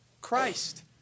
Christ